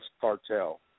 Cartel